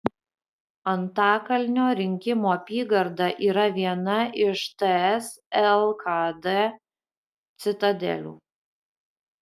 antakalnio rinkimų apygarda yra viena iš ts lkd citadelių